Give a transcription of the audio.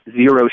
zero